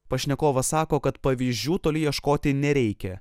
pašnekovas sako kad pavyzdžių toli ieškoti nereikia